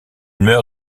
meurt